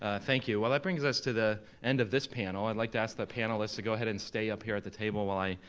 ah thank you, well that brings us to the end of this panel. i'd like to ask the panelists to go ahead and stay up here at the table while i